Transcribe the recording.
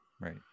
right